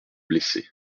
blessé